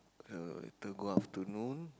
uh later go afternoon